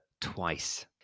twice